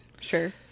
sure